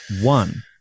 One